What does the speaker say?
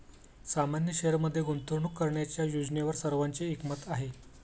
सामान्य शेअरमध्ये गुंतवणूक करण्याच्या योजनेवर सर्वांचे एकमत आहे